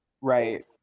right